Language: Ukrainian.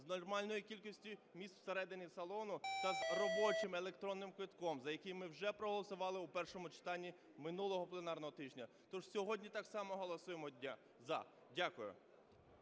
з нормальною кількістю міст всередині салону та з робочим електронним квитком, за який ми вже проголосували у першому читанні минулого пленарного тижня. Тож сьогодні так само голосуємо "за". Дякую.